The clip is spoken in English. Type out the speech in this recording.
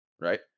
right